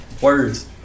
words